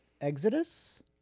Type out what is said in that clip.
Exodus